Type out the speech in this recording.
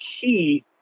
key